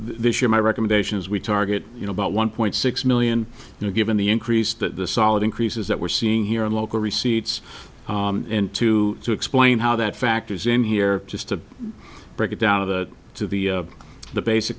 this year my recommendation is we target you know about one point six million you know given the increase that the solid increases that we're seeing here in local receipts and to explain how that factors in here just a breakdown of that to the the basic